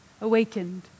awakened